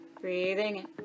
Breathing